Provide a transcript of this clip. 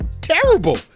terrible